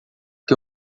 que